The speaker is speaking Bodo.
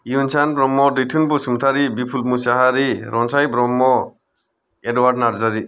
हिवेनसां ब्रह्म दैथुन बसुमतारी बिफुल मोसाहारी रनसाय ब्रह्म एडवार्ड नारजारी